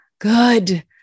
good